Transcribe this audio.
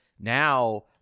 now